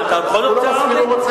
אתה בכל זאת רוצה לענות לי?